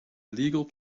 illegal